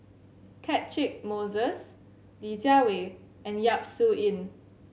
Catchick Moses Li Jiawei and Yap Su Yin